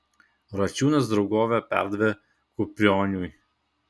račiūnas draugovę perdavė kuprioniui